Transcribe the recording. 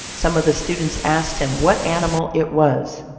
some of the students asked him what animal it was.